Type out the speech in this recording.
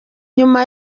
nyuma